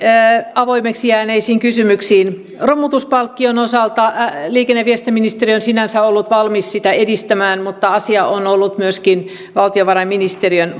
avoimeksi jääneisiin kysymyksiin romutuspalkkion osalta liikenne ja viestintäministeriö on sinänsä ollut valmis sitä edistämään mutta asia on ollut myöskin valtiovarainministeriön